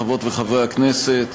חברות וחברי הכנסת,